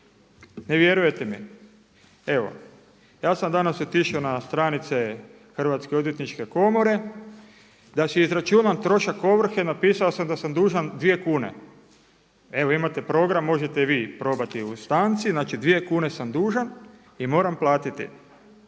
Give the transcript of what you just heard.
Ne vjerujete mi? Evo ja sam danas otišao na stranice Hrvatske odvjetničke komore da si izračuna trošak ovrhe. Napisao sam da sam dužan 2 kune. Evo imate program možete i vi probati u stanci. Znači 2 kune sam dužan i moram platiti